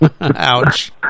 ouch